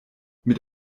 mit